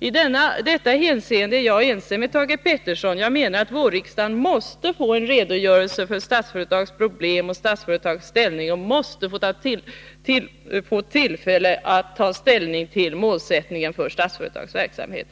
I detta hänseende är jag ense med Thage Peterson. Jag menar att riksdagen under våren måste få en redogörelse för Statsföretags problem och dess ställning och måste få tillfälle att ta ställning till målsättningen för Statsföretags verksamhet.